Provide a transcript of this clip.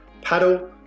Paddle